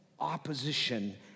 Opposition